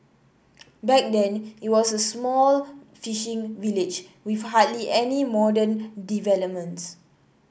back then it was an small fishing village with hardly any modern developments